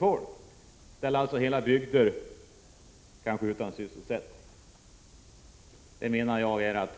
Det hela resulterar kanske i att hela bygder lämnas utan sysselsättning. Det menar jag är ett